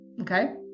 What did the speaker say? okay